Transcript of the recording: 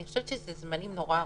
אני חושבת שאלה זמנים מאוד ארוכים.